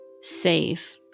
save